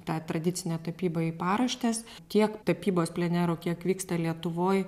tą tradicinę tapybą į paraštes tiek tapybos plenero kiek vyksta lietuvoj